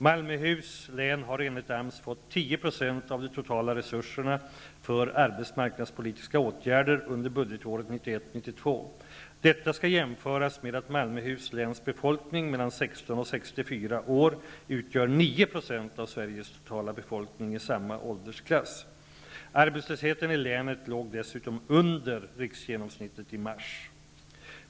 Malmöhus län har enligt AMS fått 10 % av de totala resurserna för arbetsmarknadspolitiska åtgärder budgetåret 1991/92. Detta skall jämföras med att Malmöhus läns befolkning mellan 16 och 64 år utgör 9 % av Sveriges totala befolkning i samma åldersklass. Arbetslösheten i länet låg dessutom under riksgenomsnittet i mars.